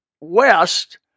west